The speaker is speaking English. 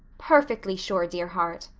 perfectly sure, dear heart.